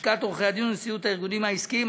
לשכת עורכי-הדין ונשיאות הארגונים העסקיים.